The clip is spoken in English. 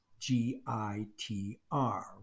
GITR